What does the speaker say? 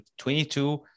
22